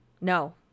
No